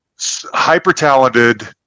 hyper-talented